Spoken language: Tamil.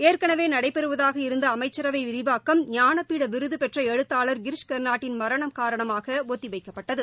ஏற்களவே நடைபெறுவதாக இருந்த அமைச்சரவை விரிவாக்கம் ஞானபீட விருது பெற்ற எழுத்தாளர் கிரிஷ் கர்நாடின் மரணம் காரணமாக ஒத்திவைக்கப்பட்டது